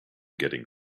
getting